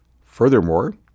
Furthermore